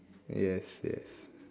yes yes